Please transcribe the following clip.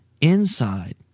inside